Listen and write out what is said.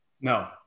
No